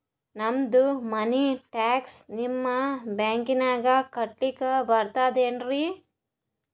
ನಮ್ದು ಮನಿ ಟ್ಯಾಕ್ಸ ನಿಮ್ಮ ಬ್ಯಾಂಕಿನಾಗ ಕಟ್ಲಾಕ ಬರ್ತದೇನ್ರಿ?